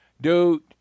dude